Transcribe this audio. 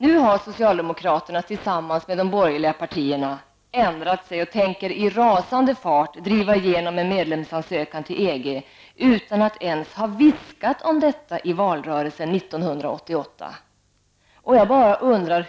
Nu har socialdemokraterna tillsammans med de borgerliga partierna ändrat sig och tänker i rasande fart driva igenom en medlemsansökan till EG utan att ens ha viskat om detta i valrörelsen 1988.